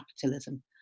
capitalism